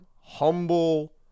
humble